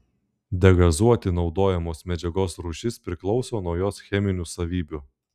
degazuoti naudojamos medžiagos rūšis priklauso nuo jos cheminių savybių